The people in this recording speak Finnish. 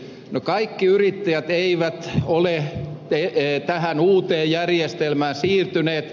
no kaikki yrittäjät eivät ole tähän uuteen järjestelmään siirtyneet